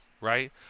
right